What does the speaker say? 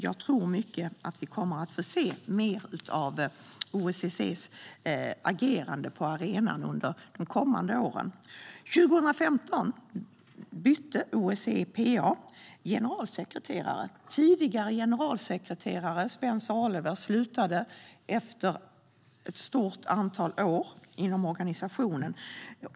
Jag tror att vi kommer att få se mer av OSSE:s agerande på arenan under de kommande åren. År 2015 bytte OSSE:s parlamentariska församling generalsekreterare när tidigare generalsekreterare Spencer Oliver slutade efter ett stort antal år inom organisationen.